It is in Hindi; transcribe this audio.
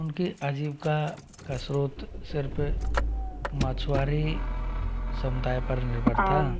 उनके आजिवका का स्रोत सिर्फ़ मछुआरे समुदाय पर निर्भरता था